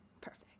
perfect